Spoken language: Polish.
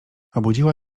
obudziła